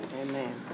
Amen